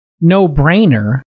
no-brainer